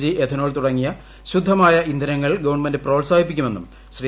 G ethanol തുടങ്ങിയ ശുദ്ധമായ ഇന്ധനങ്ങൾ ഗവൺമെന്റ് പ്രോത്സാഹിപ്പിക്കുമെന്നും ശ്രീ